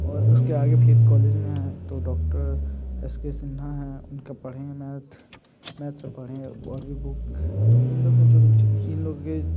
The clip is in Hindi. और उसके आगे फिर कॉलेज में है तो डॉक्टर एस के सिंहा है उनका पढ़ेंगे मैथ मैथ सब पढ़ें और भी बुक तो इन लोगों की रूचि इन लोगो की